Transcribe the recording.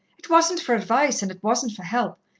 it wasn't for advice, and it wasn't for help.